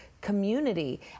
community